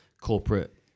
corporate